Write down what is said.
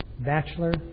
Bachelor